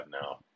now